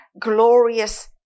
glorious